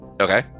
Okay